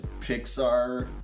pixar